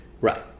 Right